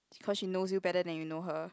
because she knows you better than you know her